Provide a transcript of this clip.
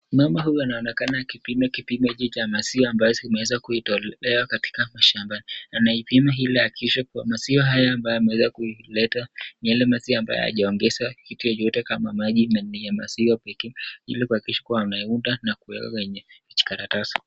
Mama huyu anaonekana akipima kipimo hichi cha maziwa ambazo zimeweza kuitolea katika mashambani. Anaipima ili ahakikishe kuwa maziwa haya, ambayo ameweza kuileta, ni yale maziwa ambayo hayajaongezwa kitu yoyote kama maji ama ya maziwa pekee ili kuhakikisha kuwa ameunda na kuyaweka kwenye kijikaratasi.